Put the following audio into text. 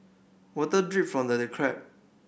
water drip from the crack